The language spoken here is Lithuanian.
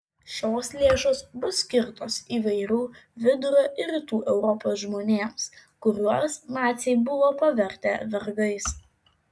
šios lėšos bus skirtos įvairių vidurio ir rytų europos žmonėms kuriuos naciai buvo pavertę vergais